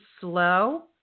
slow